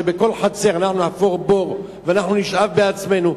שבכל חצר אנחנו נחפור בור ונשאב בעצמנו,